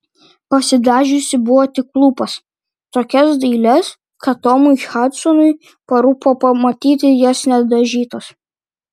pasidažiusi buvo tik lūpas tokias dailias kad tomui hadsonui parūpo pamatyti jas nedažytas